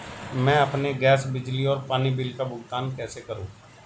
मैं अपने गैस, बिजली और पानी बिल का भुगतान कैसे करूँ?